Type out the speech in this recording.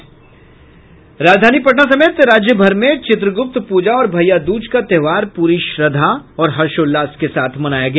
राजधानी पटना समेत राज्य भर में चित्रगुप्त पूजा और भैया दूज का त्योहार पूरी श्रद्धा और हर्षोल्लास के साथ मनाया गया